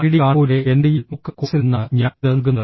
IIT കാൺപൂരിലെ NPTEL MOOC കോഴ്സിൽ നിന്നാണ് ഞാൻ ഇത് നൽകുന്നത്